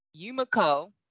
Yumiko